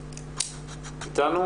אין לנו